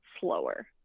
slower